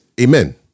amen